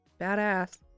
badass